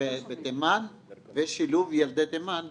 בתימן ושילוב ילדי תימן בארץ.